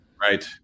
Right